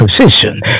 position